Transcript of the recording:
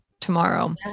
tomorrow